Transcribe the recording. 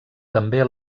també